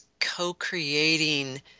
co-creating